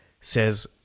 says